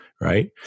right